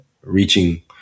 reaching